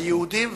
היהודים והערבים.